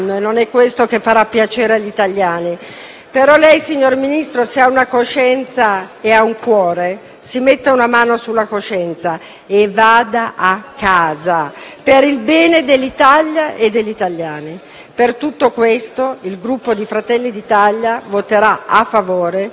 però, signor Ministro, se ha un cuore, si metta una mano sulla coscienza e vada a casa, per il bene dell'Italia e degli italiani. Per tutto questo, il Gruppo Fratelli d'Italia voterà a favore della mozione di sfiducia.